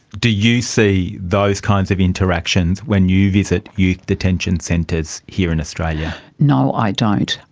do you see those kinds of interactions when you visit youth detention centres here in australia? no, i don't.